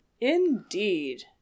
Indeed